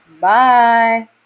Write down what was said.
Bye